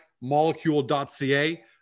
molecule.ca